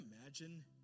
imagine